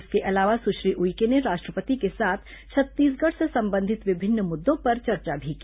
इसके अलावा सुश्री उइके ने राष्ट्रपति के साथ छत्तीसगढ़ से संबंधित विभिन्न मुद्दों पर चर्चा भी की